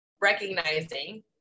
recognizing